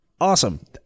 Awesome